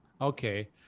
Okay